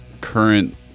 current